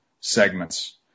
segments